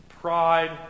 pride